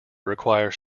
requires